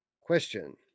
Question